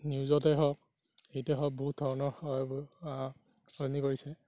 নিউজতে হওক হেৰিতে হওক বহুত ধৰণৰ সহায় কৰি সলনি কৰিছে